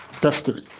Destiny